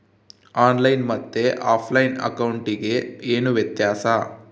On line ಮತ್ತೆ ಆಫ್ಲೈನ್ ಅಕೌಂಟಿಗೆ ಏನು ವ್ಯತ್ಯಾಸ?